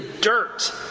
dirt